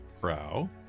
prow